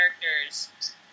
characters